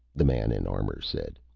the man in armor said.